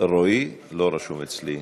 רועי לא רשום אצלי.